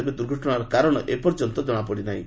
ତେବେ ଦୁର୍ଘଟଣାର କାରଣ ଏପର୍ଯ୍ୟନ୍ତ କଶାପଡିନାହିଁ